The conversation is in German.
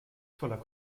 voller